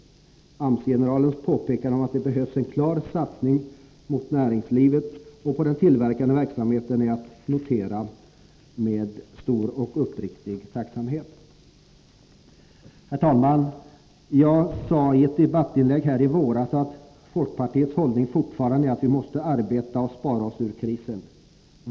AMS-generalens påpekande om att det behövs en klar satsning på näringslivet och på den tillverkande verksamheten är att notera med stor och uppriktig tacksamhet. Herr talman! Jag sade i ett debattinlägg här i våras att folkpartiets hållning fortfarande är att vi måste arbeta och spara oss ur krisen.